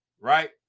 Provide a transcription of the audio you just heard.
right